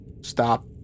Stop